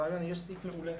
ברעננה יש סניף מעולה,